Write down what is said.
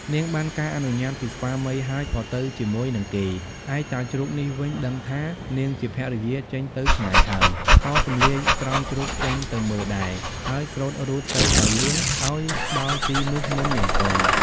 នាងបានការអនុញ្ញាតពីស្វាមីហើយក៏ទៅជាមួយនឹងគេ ឯចៅជ្រូកនេះវិញដឹងថា នាងជាភរិយាចេញទៅឆ្ងាយហើយ ក៏ទំលាយស្រោមជ្រូកចេញទៅមើលដែរ ហើយស្រូតរូតទៅឱ្យលឿន ឱ្យដល់ទីនោះមុននាងពៅ។